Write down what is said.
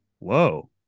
whoa